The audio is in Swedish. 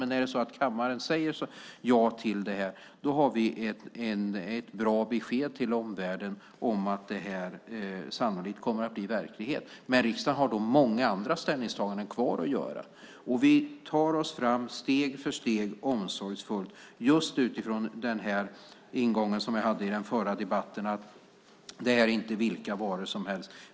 Men om kammaren säger ja till detta har vi ett bra besked till omvärlden om att det här sannolikt kommer att bli verklighet. Riksdagen har då många andra ställningstaganden kvar att göra. Vi tar oss fram steg för steg omsorgsfullt utifrån den ingång jag hade i den förra debatten, nämligen att det här inte är vilka varor som helst.